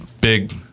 big